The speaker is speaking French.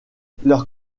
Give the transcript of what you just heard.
leur